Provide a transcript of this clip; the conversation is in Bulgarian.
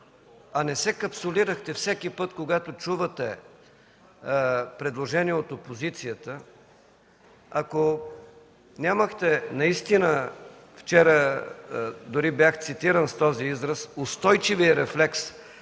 а не се капсулирахте всеки път, когато чувате предложения от опозицията, ако нямахте наистина, вчера дори бях цитиран с този израз – „устойчивия рефлекс”